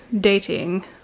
dating